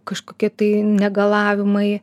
kažkokie tai negalavimai